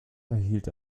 erhielt